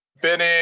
Benny